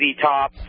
top